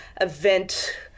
event